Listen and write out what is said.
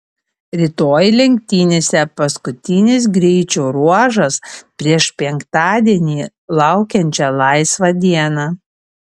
rytoj lenktynėse paskutinis greičio ruožas prieš penktadienį laukiančią laisvą dieną